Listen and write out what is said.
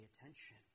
attention